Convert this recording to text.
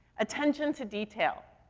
attention to detail.